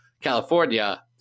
California